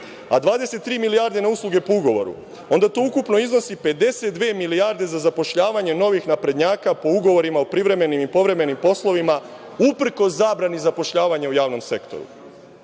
a 23 milijarde na usluge po ugovoru, onda to ukupno iznosi 52 milijarde za zapošljavanje novih naprednjaka po ugovorima o privremenim i povremenim poslovima, uprkos zabrani zapošljavanja u javnom sektoru,